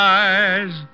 eyes